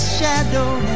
shadow